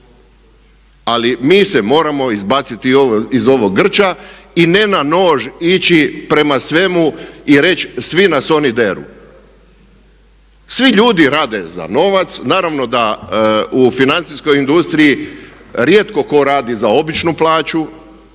Ali mi se moramo izbaciti ovo iz ovog grča i ne na nož ići prema svemu i svi nas oni deru. Svi ljudi rade za novac, naravno da u financijskoj industriji rijetko tko radi za običnu plaću,